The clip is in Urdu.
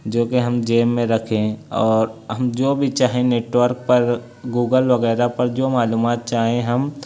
جوکہ ہم جیب میں رکھیں اور ہم جو بھی چاہیں نیٹورک پر گوگل وغیرہ پر جو معلومات چاہیں ہم